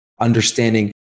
understanding